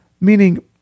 Meaning